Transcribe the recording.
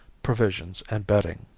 provisions and bedding.